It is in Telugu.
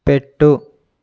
పెట్టు